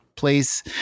place